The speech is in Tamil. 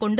கொண்டு